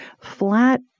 flat